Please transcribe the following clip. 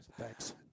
Thanks